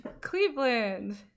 cleveland